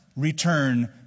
return